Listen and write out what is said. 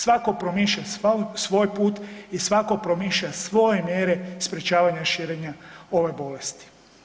Svako promišlja svoj put i svako promišlja svoje mjere sprječavanja širenja ove bolesti.